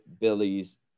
Billy's